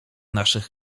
naszych